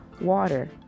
water